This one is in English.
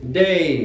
day